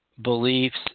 beliefs